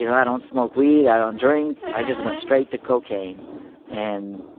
you know i don't smoke weed. i don't drink. i just went straight to cocaine and